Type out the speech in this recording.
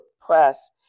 press